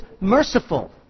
merciful